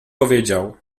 powiedział